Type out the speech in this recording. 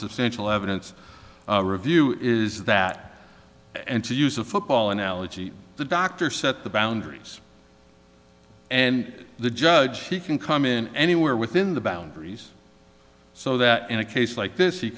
substantial evidence review is that and to use a football analogy the doctor set the boundaries and the judge can come in anywhere within the boundaries so that in a case like this he